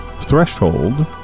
threshold